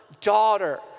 daughter